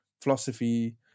philosophy